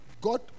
God